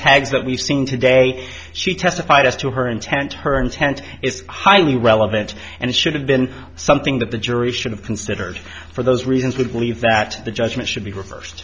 hag's that we've seen today she testified as to her intent her intent is highly relevant and should have been something that the jury should have considered for those reasons we believe that the judgment should be reversed